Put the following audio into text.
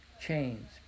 chains